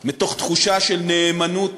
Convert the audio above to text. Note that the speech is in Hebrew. מתוך תחושה של נאמנות